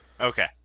Okay